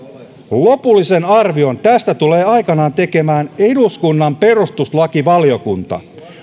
lopullisen arvion tästä tulee aikanaan tekemään eduskunnan perustuslakivaliokunta